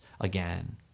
again